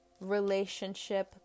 relationship